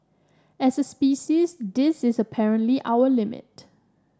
as a species this is apparently our limit